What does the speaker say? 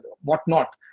whatnot